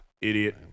Idiot